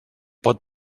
pot